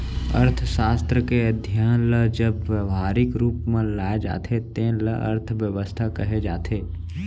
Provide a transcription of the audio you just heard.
अर्थसास्त्र के अध्ययन ल जब ब्यवहारिक रूप म लाए जाथे तेन ल अर्थबेवस्था कहे जाथे